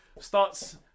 starts